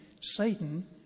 Satan